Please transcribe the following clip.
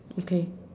okay